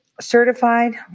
certified